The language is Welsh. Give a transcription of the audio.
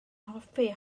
hoffi